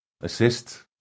assist